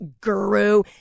guru